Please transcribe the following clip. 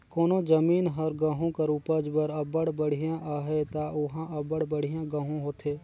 कोनो जमीन हर गहूँ कर उपज बर अब्बड़ बड़िहा अहे ता उहां अब्बड़ बढ़ियां गहूँ होथे